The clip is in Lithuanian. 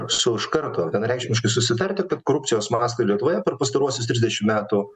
su iš karto vienareikšmiškai susitarti kad korupcijos mastai lietuvoje per pastaruosius trisdešim metų